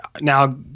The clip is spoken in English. now